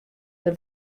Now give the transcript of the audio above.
der